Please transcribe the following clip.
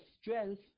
strength